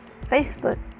Facebook